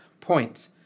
point